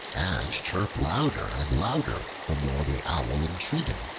and chirped louder and louder the more the owl entreated.